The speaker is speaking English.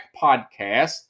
podcast